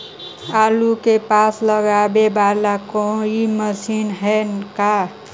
आलू मे पासा लगाबे बाला कोइ मशीन है का?